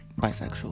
bisexual